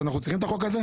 אנחנו צריכים את החוק הזה?